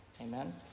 Amen